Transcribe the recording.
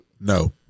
No